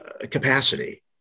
capacity